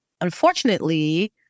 Unfortunately